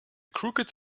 crooked